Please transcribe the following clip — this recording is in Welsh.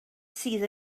sydd